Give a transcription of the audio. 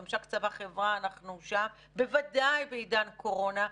בממשק צבא-חברה אנחנו שם בוודאי בעידן קורונה.